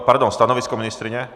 Pardon, stanovisko ministryně?